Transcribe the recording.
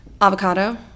Avocado